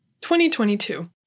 2022